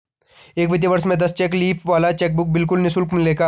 एक वित्तीय वर्ष में दस चेक लीफ वाला चेकबुक बिल्कुल निशुल्क मिलेगा